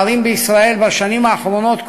הערים בישראל בשנים האחרונות,